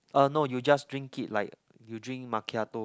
uh no you just drink it like you drink macchiato